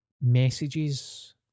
messages